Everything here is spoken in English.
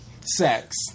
sex